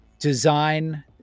design